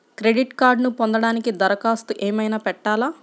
Credit కార్డ్ను పొందటానికి దరఖాస్తు ఏమయినా పెట్టాలా?